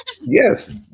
yes